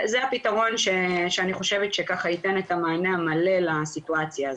זה הפתרון שאני חושבת שככה ייתן את המענה המלא לסיטואציה הזאת,